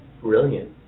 brilliant